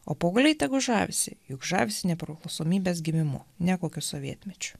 o paaugliai tegul žavisi juk žavisi nepriklausomybės giminu ne kokiu sovietmečiu